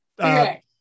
Okay